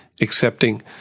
accepting